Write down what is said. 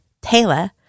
Taylor